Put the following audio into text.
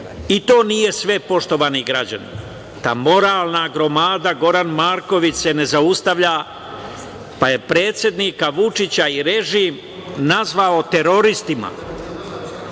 i to nije sve, poštovani građani. Ta moralna gromada Goran Marković se ne zaustavlja pa je predsednika Vučića i režim nazvao teroristima